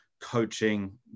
coaching